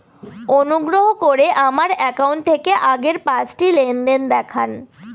অনুগ্রহ করে আমার অ্যাকাউন্ট থেকে আগের পাঁচটি লেনদেন দেখান